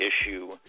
issue